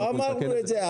לא אמרנו את זה.